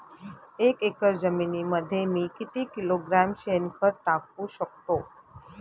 एक एकर जमिनीमध्ये मी किती किलोग्रॅम शेणखत टाकू शकतो?